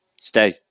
stay